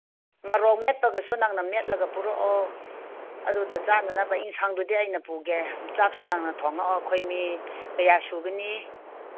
ꯃꯣꯔꯣꯛ ꯃꯦꯠꯄꯒꯁꯨ ꯅꯪꯅ ꯃꯦꯠꯂꯒ ꯄꯨꯔꯛꯑꯣ ꯑꯗꯨꯗ ꯆꯥꯅꯅꯕ ꯏꯟꯁꯥꯡꯗꯨꯗꯤ ꯑꯩꯅ ꯄꯨꯒꯦ ꯆꯥꯛꯁꯨ ꯅꯪꯅ ꯊꯣꯡꯉꯛꯑꯣ ꯑꯩꯈꯣꯏ ꯃꯤ ꯀꯌꯥ ꯁꯨꯒꯅꯤ